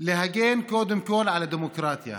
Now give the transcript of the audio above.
להגן קודם כול על הדמוקרטיה,